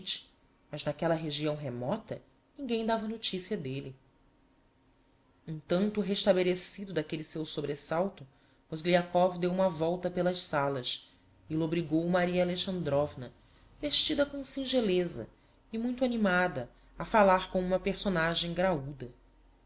mas n'aquella região remota ninguem dava noticia delle um tanto restabelecido d'aquelle seu sobresalto mozgliakov deu uma volta pelas salas e lobrigou maria alexandrovna vestida com singeleza e muito animada a falar com uma personagem graúda